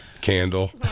candle